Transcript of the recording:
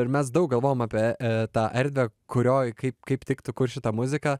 ir mes daug galvojom apie tą erdvę kurioj kaip kaip tiktų šita muzika